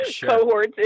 cohorts